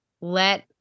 let